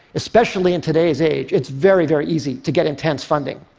especially in today's age, it's very, very easy to get intense funding.